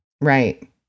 Right